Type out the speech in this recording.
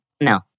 No